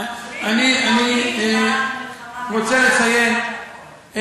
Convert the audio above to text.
אני רוצה לציין,